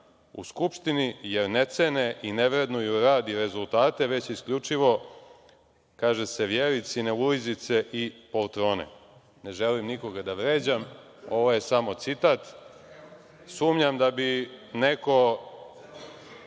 u Skupštini, jer ne cene i ne vrednuju rad i rezultate, već isključivo, kaže se, Vjeričine ulizice i poltrone. Ne želim nikoga da vređam, ovo je samo citat. Sumnjam da bi neko